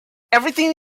everything